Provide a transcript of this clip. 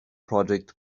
project